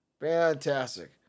Fantastic